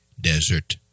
desert